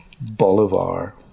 Bolivar